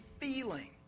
feeling